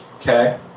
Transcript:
Okay